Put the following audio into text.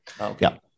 Okay